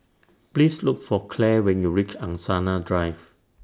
Please Look For Claire when YOU REACH Angsana Drive